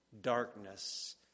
darkness